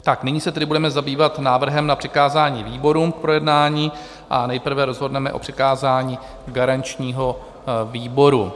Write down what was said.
Tak nyní se tedy budeme zabývat návrhem na přikázání výborům k projednání a nejprve rozhodneme o přikázání garančnímu výboru.